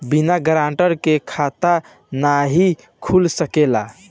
बिना गारंटर के खाता नाहीं खुल सकेला?